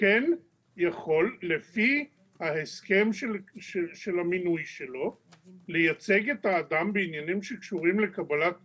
כן יכול לפי ההסכם של המינוי שלו לייצג את האדם בעניינים שקשורים לקבלת